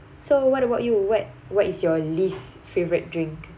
so what about you what what is your least favourite drink